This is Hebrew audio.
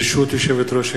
ברשות יושבת-ראש הישיבה,